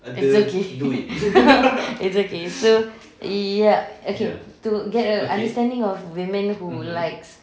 it's okay it's okay so ya okay to get a understanding of women who likes